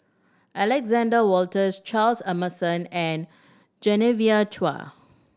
Alexander Wolters Charles Emmerson and Genevieve Chua